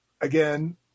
Again